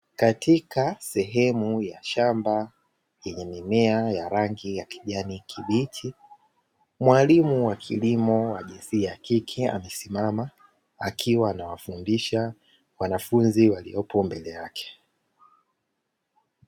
Katika sehemu ya shamba, yenye mimea ya rangi ya kijani kibichi. Mwalimu wa kilimo wa jinsia ya kike amesimama, akiwa anawafundisha wanafunzi waliopo mbele yake.